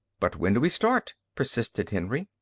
but when do we start? persisted henry.